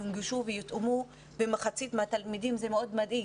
יונגשו ויותאמו למחצית מהתלמידים וזה מאוד מדאיג.